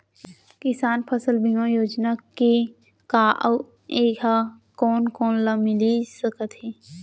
किसान फसल बीमा योजना का हे अऊ ए हा कोन कोन ला मिलिस सकत हे?